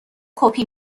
کپی